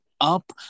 up